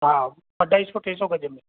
हा अढाई सौ टे सौ गज में